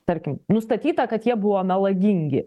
tarkim nustatyta kad jie buvo melagingi